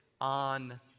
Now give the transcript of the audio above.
on